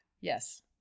Yes